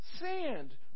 sand